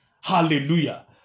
Hallelujah